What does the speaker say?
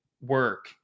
work